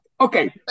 Okay